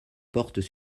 portent